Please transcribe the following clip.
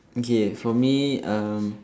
okay for me um